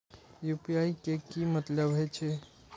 UPI के की मतलब हे छे?